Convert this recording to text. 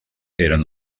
eren